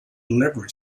delivery